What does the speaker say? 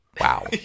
wow